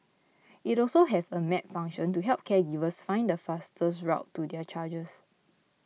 it also has a map function to help caregivers find the fastest route to their charges